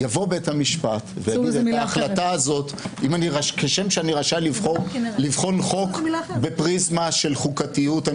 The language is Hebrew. יבוא בית המשפט ויגיד: כשם שאני רשאי לבחון חוק בפריזמה של חוקתיות,